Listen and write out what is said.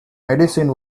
medicine